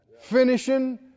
Finishing